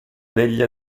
degli